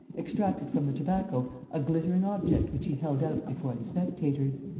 extracted from the tobacco a glittering object which he held out before the spectators.